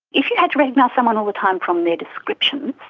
if you had to recognise someone all the time from their description,